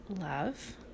love